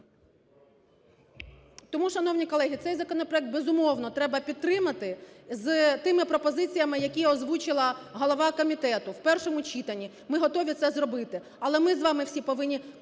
Тому, шановні колеги, цей законопроект, безумовно, треба підтримати з тими пропозиціями, які озвучила голова комітету, в першому читанні. Ми готові це зробити. Але ми з вами всі повинні